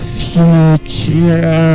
future